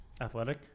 athletic